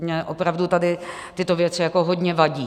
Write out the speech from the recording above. Mně opravdu tady tyto věci hodně vadí.